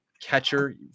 catcher